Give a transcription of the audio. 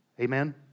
Amen